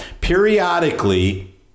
periodically